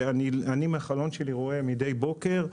ואני מהחלון שלי רואה מדי בוקר,